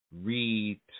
read